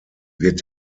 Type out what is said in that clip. wird